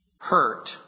hurt